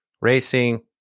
racing